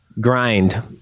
grind